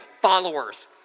followers